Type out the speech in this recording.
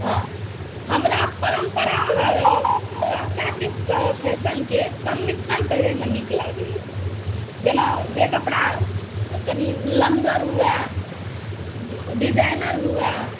हँ हमरा परम्परा आर पाश्चात्य फैशनके समिश्रण पहिरैमे नीक लागैया जेना जे कपड़ा कनि लमगर हुए डिजाइनर हुए